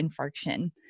infarction